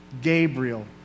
Gabriel